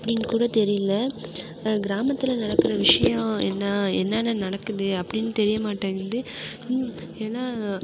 அப்படின் கூட தெரியல கிராமத்தில் நடக்கிற விஷயோம் என்னா என்னென்ன நடக்குது அப்படின் தெரிய மாட்டேங்குது ம் ஏன்னா